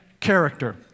Character